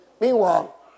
Meanwhile